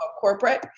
corporate